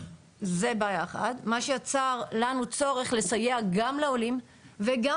זה מה שיצר לנו צורך לסייע גם לעולים וגם